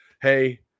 Hey